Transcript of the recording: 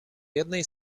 jednej